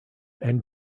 and